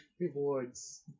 rewards